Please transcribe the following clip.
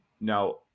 now